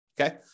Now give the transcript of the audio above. Okay